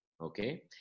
Okay